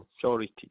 authority